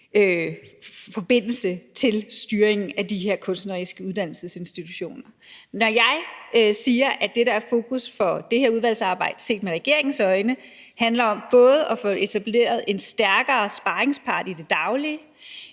forbindelse til styringen af de her kunstneriske uddannelsesinstitutioner. Når jeg siger, at det, der er fokus for det her udvalgsarbejde, set med regeringens øjne, handler om både at få etableret en stærkere sparringspartner i det daglige,